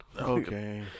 Okay